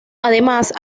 además